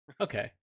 okay